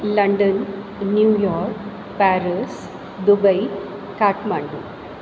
London New York Paris Dubai Kathmandu